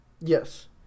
Yes